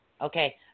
Okay